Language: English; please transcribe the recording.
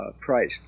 price